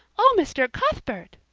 oh, mr. cuthbert!